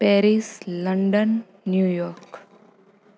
Paris London New York